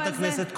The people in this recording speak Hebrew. חברת הכנסת כהן,